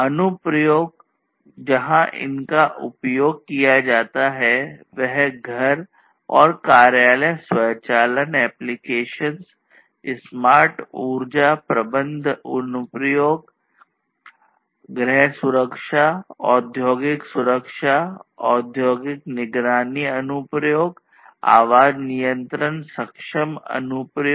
अनुप्रयोग जहां इसका उपयोग किया जा सकता है वह घर और कार्यालय स्वचालन अनुप्रयोग